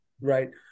right